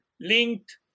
linked